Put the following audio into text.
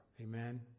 Amen